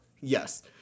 Yes